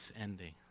ending